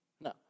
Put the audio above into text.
No